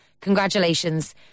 Congratulations